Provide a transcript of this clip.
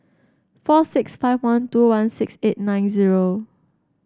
four six five one two one six eight nine zero